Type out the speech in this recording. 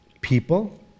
people